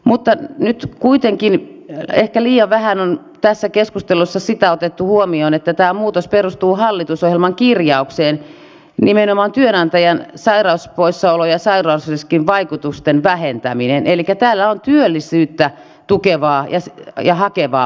mutta nyt kuitenkin ehkä liian vähän on tässä keskustelussa otettu huomioon sitä että tämä muutos perustuu hallitusohjelman kirjaukseen nimenomaan työnantajan sairauspoissaolo ja sairausriskin vaikutusten vähentämisestä elikkä tällä on työllisyyttä tukevaa ja hakevaa vaikutusta